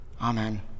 Amen